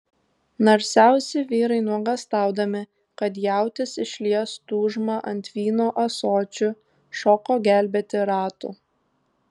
narsiausi vyrai nuogąstaudami kad jautis išlies tūžmą ant vyno ąsočių šoko gelbėti ratų